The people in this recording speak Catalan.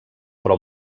però